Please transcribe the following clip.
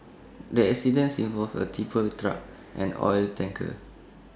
the accidence involved A tipper truck and oil tanker